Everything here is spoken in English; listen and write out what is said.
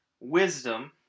wisdom